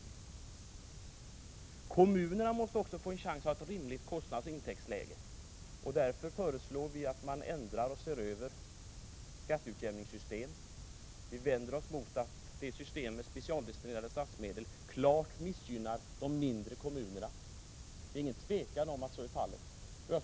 Även kommunerna måste få en chans till ett rimligt kostnadsoch intäktsläge. Därför föreslår vi att man ändrar och ser över skatteutjämningssystemet. Vi vänder oss emot att systemet med specialdestinerade statsmedel klart missgynnar de mindre kommunerna. Det råder ingen tvekan om att så är fallet.